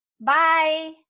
Bye